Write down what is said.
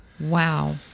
Wow